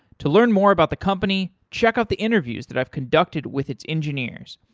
to learn more about the company, check out the interviews that i've conducted with its engineers.